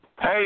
Hey